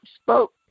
spoke